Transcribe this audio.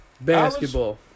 Basketball